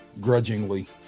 grudgingly